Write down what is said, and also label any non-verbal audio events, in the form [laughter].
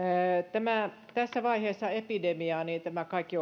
tässä vaiheessa epidemiaa tämä kaikki [unintelligible]